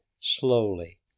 slowly